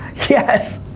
yes,